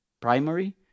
primary